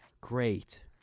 great